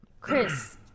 Chris